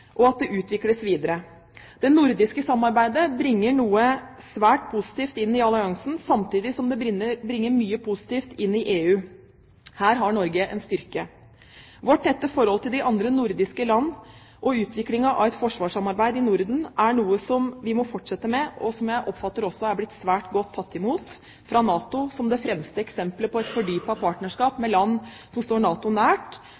og at det utvikles videre. Det nordiske samarbeidet bringer noe svært positivt inn i alliansen, samtidig som det bringer mye positivt inn i EU. Her har Norge en styrke. Vårt tette forhold til de andre nordiske landene og utviklingen av et forsvarssamarbeid i Norden er noe som vi må fortsette med, og som jeg oppfatter også er blitt svært godt mottatt fra NATO, som det fremste eksemplet på et fordypet partnerskap med land som står NATO nært,